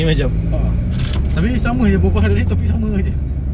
a'ah tapi sama jer berbual lagi topik sama jer